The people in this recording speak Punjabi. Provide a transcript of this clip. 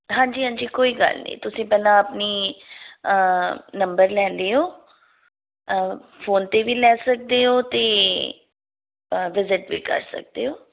ਹਾਂਜੀ ਹਾਂਜੀ ਕੋਈ ਗੱਲ ਨਹੀਂ ਤੁਸੀਂ ਪਹਿਲਾਂ ਆਪਣੀ ਨੰਬਰ ਲੈ ਲਿਓ ਫੋਨ 'ਤੇ ਵੀ ਲੈ ਸਕਦੇ ਹੋ ਅਤੇ ਵਿਜਿਟ ਵੀ ਕਰ ਸਕਦੇ ਹੋ